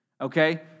Okay